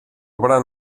obra